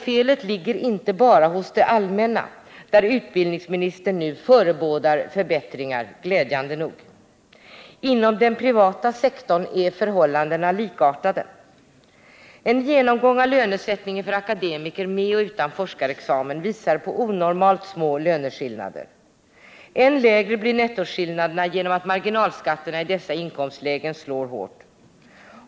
Felet ligger inte bara hos det allmänna, där utbildningsministern nu förebådar förbättringar, glädjande nog. Inom den privata sektorn är förhållandena likartade. En genomgång av lönesättningen för akademiker med och utan forskarexamen visar på onormalt små löneskillnader. Än lägre blir nettoskillnaderna genom att marginalskatterna i dessa inkomstlägen slår hårt.